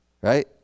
Right